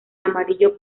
amarillo